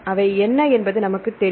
அவை என்ன என்பது நமக்கு தெரியும்